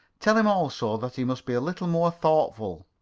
tell him, also, that he must be a little more thoughtful.